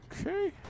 Okay